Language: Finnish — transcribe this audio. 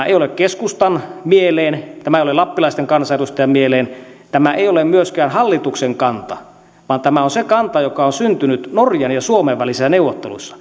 ei ole keskustan mieleen tämä ei ole lappilaisten kansanedustajien mieleen tämä ei ole myöskään hallituksen kanta vaan tämä on se kanta joka on syntynyt norjan ja suomen välisessä